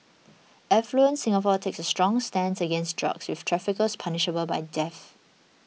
affluent Singapore takes a strong stance against drugs with traffickers punishable by death